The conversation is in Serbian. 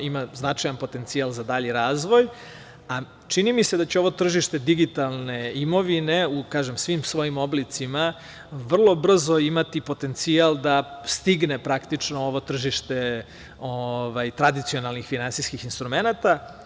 Ima značajan potencijal za dalji razvoj, a čini mi se da će ovo tržište digitalne imovine u svim svojim oblicima vrlo brzo imati potencijal da stigne, praktično, ovo tržište tradicionalnih finansijskih instrumenata.